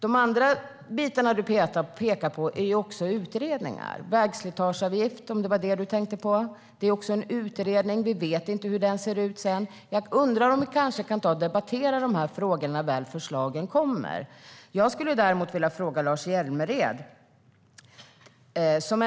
De andra bitar Lars Hjälmered pekar på är också utredningar. När det gäller vägslitageavgift, om det var det han tänkte på, är det också en utredning. Vi vet inte hur den ser ut sedan. Jag undrar om vi kanske kan ta och debattera dessa frågor när förslagen väl kommer. Jag skulle dock vilja fråga Lars Hjälmered en sak.